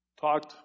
talked